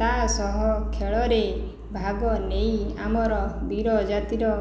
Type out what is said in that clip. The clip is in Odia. ତା ସହ ଖେଳରେ ଭାଗ ନେଇ ଆମର ବୀର ଜାତିର